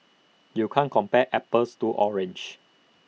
you can't compare apples to oranges